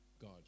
god